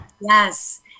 Yes